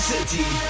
City